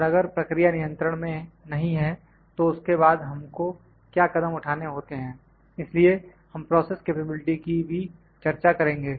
और अगर प्रक्रिया नियंत्रण में नहीं है तो उसके बाद हमको क्या कदम उठाने होते हैं इसलिए हम प्रोसेस कैपेबिलिटी की भी चर्चा करेंगे